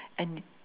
and